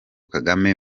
kagame